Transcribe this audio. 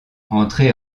entré